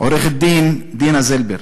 עורכת-דין דינה זילבר,